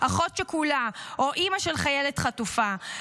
אחות שכולה או אימא של חיילת חטופה,